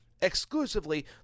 Exclusively